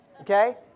Okay